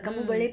mm